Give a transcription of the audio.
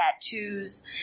tattoos